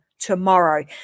tomorrow